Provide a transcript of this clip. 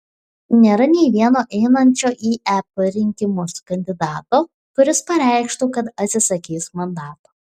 nėra nei vieno einančio į ep rinkimus kandidato kuris pareikštų kad atsisakys mandato